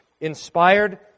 Inspired